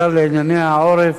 השר לענייני העורף,